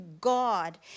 God